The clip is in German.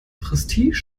prestige